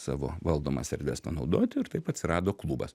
savo valdomas erdves panaudoti ir taip atsirado klubas